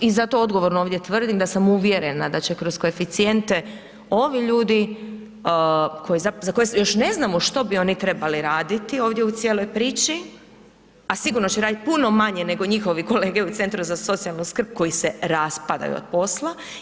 I zato odgovorno ovdje tvrdim da sam uvjerena da će kroz koeficijente ovi ljudi za koje još ne znamo što bi oni trebali raditi ovdje u cijeloj priči, a sigurno će raditi puno manje nego njihovi kolege u centru za socijalnu skrb koji se raspadaju od posla.